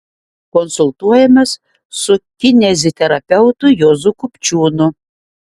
konsultuojamės su kineziterapeutu juozu kupčiūnu